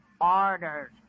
orders